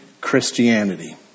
Christianity